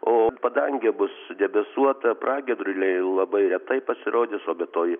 o padangė bus debesuota pragiedruliai labai retai pasirodys o rytoj